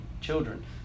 children